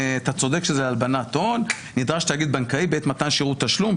אתה צודק שזה הלבנת הון; "נדרש תאגיד בנקאי בעת מתן שירות תשלום,